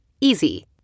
Easy